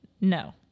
No